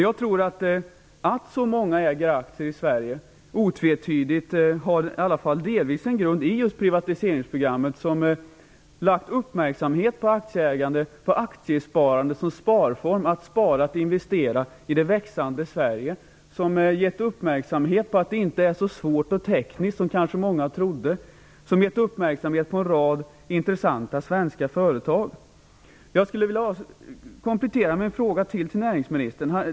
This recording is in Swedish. Jag tror att det faktum att så många människor äger aktier i Sverige delvis har sin grund i privatiseringsprogrammet. Det har dragit uppmärksamheten till aktiesparandet som sparform. Man sparar och investerar i det växande Sverige. Människor har blivit uppmärksammade på att det inte är så svårt och tekniskt som många kanske trodde. En rad intressanta svenska företag har dragit uppmärksamheten till sig. Jag vill ställa en kompletterande fråga till näringsministern.